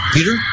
Peter